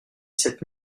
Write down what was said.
cette